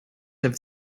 have